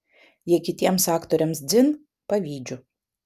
jei kitiems aktoriams dzin pavydžiu